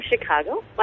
Chicago